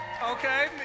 Okay